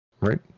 Right